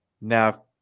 Now